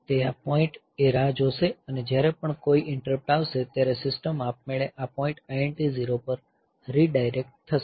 તે આ પોઈન્ટ એ રાહ જોશે અને જ્યારે પણ કોઈ ઇન્ટરપ્ટ આવશે ત્યારે સિસ્ટમ આપમેળે આ પોઈન્ટ INT 0 પર રીડાયરેક્ટ થશે